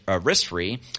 risk-free